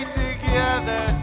together